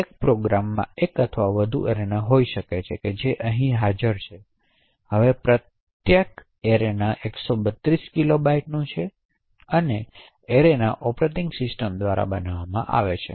એક પ્રોગ્રામમાં એક અથવા વધુ એરેના હોઈ શકે છે જે હાજર છે હવે પ્રત્યેક એરેના 132 કિલોબાઇટ્સનું છે અને આ એરેના ઓપરેટીંગ સિસ્ટમ દ્વારા બનાવવામાં આવી છે